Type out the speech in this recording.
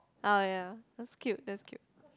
oh ya that's cute that's cute